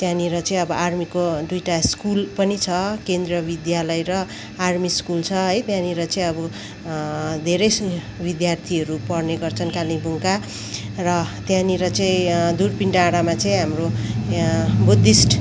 त्यहाँनिर चाहिँ अब आर्मीको दुइटा स्कुल पनि छ केन्द्रिय विद्यालय र आर्मी स्कुल छ है त्यहाँनिर चाहिँ अब धेरै विद्यार्थीहरू पढ्ने गर्छन् कालिम्पोङका र त्यहाँनिर चाहिँ दुर्पिन डाँडामा चाहिँ हाम्रो त्यहाँ बुद्धिस्ट